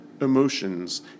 emotions